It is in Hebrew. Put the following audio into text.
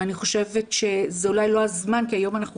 ואני חושבת שזה אולי לא הזמן כי ה יום אנחנו